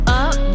up